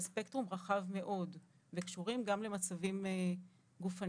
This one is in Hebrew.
על ספקטרום רחב מאוד וקשורים גם למצבים גופניים.